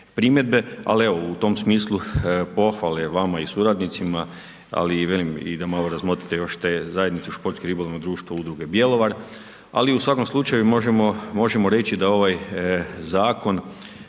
primjedbe, ali evo u tom smislu pohvale vama i suradnicima, ali i velim i da malo razmotrite još te Zajednicu športski ribolovnog društva Udruge Bjelovar, ali u svakom slučaju možemo, možemo reći da ovaj zakon,